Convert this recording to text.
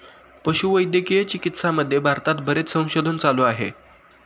पशुवैद्यकीय चिकित्सामध्ये भारतात बरेच संशोधन चालू आहे